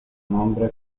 nombre